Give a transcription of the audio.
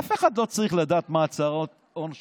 אף אחד לא צריך לדעת מה הצהרות ההון שלך.